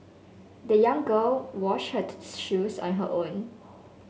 the young girl washed her shoes on her own